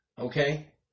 Okay